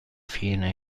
fine